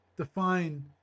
define